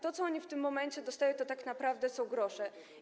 To, co oni w tym momencie dostają, to tak naprawdę są grosze.